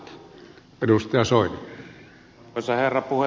arvoisa herra puhemies